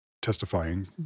Testifying